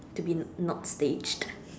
to be not staged